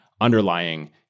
underlying